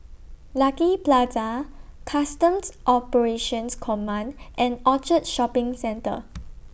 Lucky Plaza Customs Operations Command and Orchard Shopping Centre